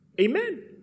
Amen